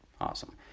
Awesome